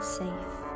safe